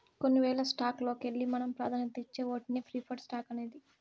కొన్ని వేల స్టాక్స్ లోకెల్లి మనం పాదాన్యతిచ్చే ఓటినే ప్రిఫర్డ్ స్టాక్స్ అనేది